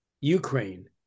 Ukraine